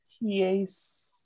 yes